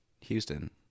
Houston